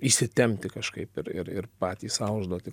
įsitempti kažkaip ir ir ir patys sau užduoti